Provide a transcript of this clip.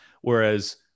whereas